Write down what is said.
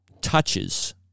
touches